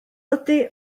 ydy